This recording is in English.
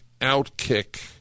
OutKick